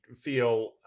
feel